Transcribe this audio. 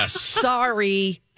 Sorry